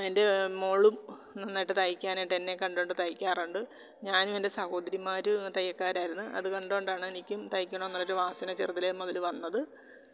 എൻ്റെ മോളും നന്നായിട്ട് തയ്ക്കാനായിട്ട് എന്നെ കണ്ടത് കൊണ്ട് തയ്ക്കാറുണ്ട് ഞാനും എൻ്റെ സഹോദരിമാരും തയ്യൽക്കാരായിരുന്നു അത് കണ്ടത് കൊണ്ടാണ് എനിക്കും തയ്ക്കണമെന്നുള്ളൊരു വാസന ചെറുതിലെ മുതൽ വന്നത്